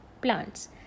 plants